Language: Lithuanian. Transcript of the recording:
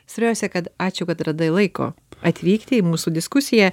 svarbiausia kad ačiū kad radai laiko atvykti į mūsų diskusiją